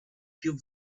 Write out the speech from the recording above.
più